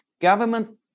government